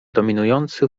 dojmujący